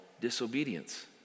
disobedience